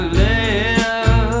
live